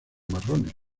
marrones